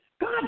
God